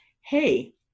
Hey